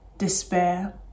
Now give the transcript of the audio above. despair